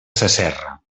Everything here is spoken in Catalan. sasserra